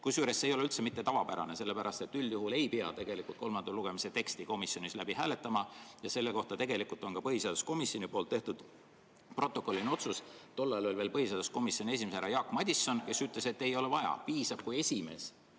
Kusjuures see ei ole üldse mitte tavapärane, sellepärast et üldjuhul ei pea tegelikult kolmanda lugemise teksti komisjonis läbi hääletama, ja selle kohta on ka põhiseaduskomisjoni tehtud protokolliline otsus. Tol ajal oli põhiseaduskomisjoni esimees veel härra Jaak Madison, kes ütles, et ei ole vaja, piisab, kui esimees